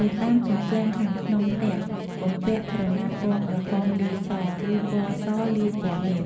នៅតាមជញ្ជាំងខាងក្នុងផ្ទះបំពាក់ក្រណាត់ពណ៌ក្រហមលាយសរ ឬពណ៌សលាយពណ៌មាស